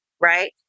Right